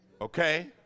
okay